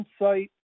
insight